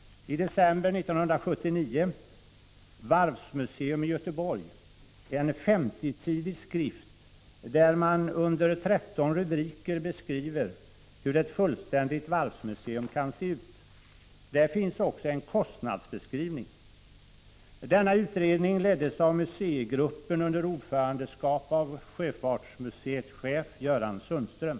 I december 1979 kom ”Varvsmuseum i Göteborg”, en 50-sidig skrift där man under 13 rubriker beskriver hur ett fullständigt varvsmuseum kan se ut. Där finns också en kostnadsbeskrivning. Denna utredning leddes av museigruppen under ordförandeskap av sjöfartsmuseets chef Göran Sundström.